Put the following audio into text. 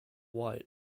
white